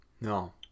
No